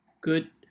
good